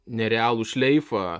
nerealų šleifą